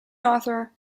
author